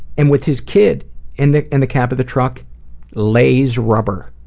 and with his kid in the and the cab of the truck lays rubber,